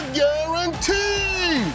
guarantee